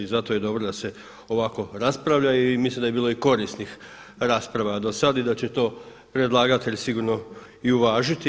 I zato je dobro da se ovako raspravlja i mislim da je bilo i korisnih rasprava do sada i da će to predlagatelj sigurno i uvažiti.